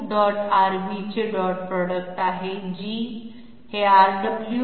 Rv चे dot product आहे G हे Rw